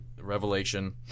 revelation